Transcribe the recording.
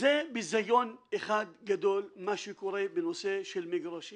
זה ביזיון אחד גדול מה שקורה בנושא של מגרשים